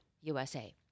USA